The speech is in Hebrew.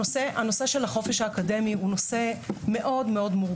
נושא החופש האקדמי הוא נושא מורכב מאוד.